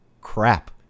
crap